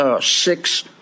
six